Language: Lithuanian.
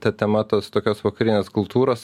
ta tema tos tokios vakarinės kultūros